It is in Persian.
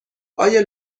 آیا